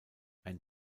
ein